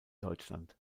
deutschland